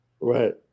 Right